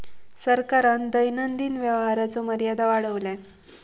सरकारान दैनंदिन व्यवहाराचो मर्यादा वाढवल्यान